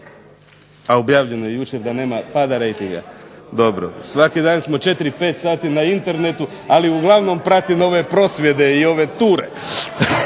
A objavljeno je jučer da nema pada rejtinga, dobro. Svaki dan smo 4-5 sati na internetu, ali uglavnom pratim ovdje prosvjede i ove ture.